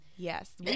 Yes